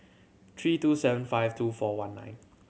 three two seven five two four one nine